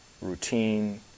routine